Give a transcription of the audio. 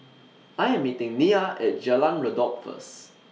I Am meeting Nia At Jalan Redop First